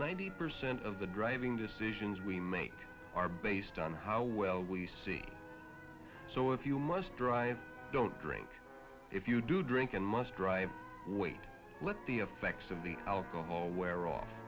ninety percent of the driving decisions we make are based on how well we see so if you must drive don't drink if you do drink and must drive wait let the effects of the alcohol wear off